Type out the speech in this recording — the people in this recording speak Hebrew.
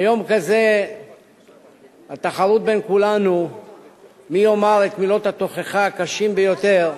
ביום כזה התחרות בין כולנו היא מי יאמר את מילות התוכחה הקשות ביותר.